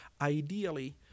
Ideally